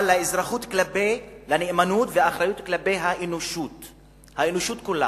אבל לאזרחות ולנאמנות כלפי האנושות כולה.